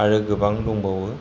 आरो गोबां दंबावो